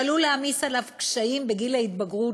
ועלול להעמיס עליו קשיים בגיל ההתבגרות,